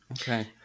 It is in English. Okay